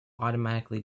automatically